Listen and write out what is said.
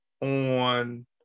on